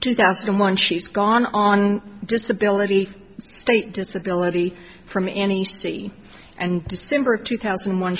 two thousand and one she's gone on disability state disability from any city and december of two thousand and one